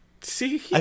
See